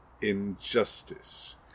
injustice